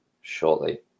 shortly